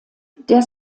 der